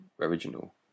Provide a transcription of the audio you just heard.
Original